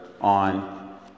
on